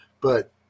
but-